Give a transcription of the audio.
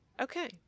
Okay